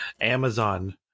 Amazon